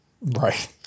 Right